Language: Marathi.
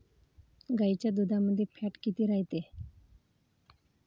गाईच्या दुधामंदी फॅट किती रायते?